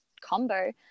combo